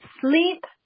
sleep